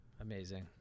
Amazing